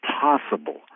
possible